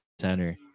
center